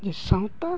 ᱡᱮ ᱥᱟᱶᱛᱟ